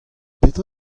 petra